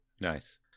nice